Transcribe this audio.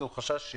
מה הנוסח?